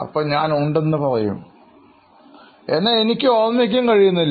അപ്പോൾ ഞാൻ ഉണ്ട് എന്നു പറയും എന്നാൽ എനിക്ക് ഓർമിക്കാൻ കഴിയുന്നില്ല